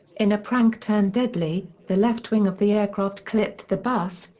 in a prank turned deadly, the left wing of the aircraft clipped the bus,